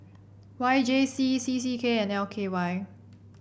Y J C C C K and L K Y